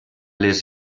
les